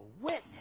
witness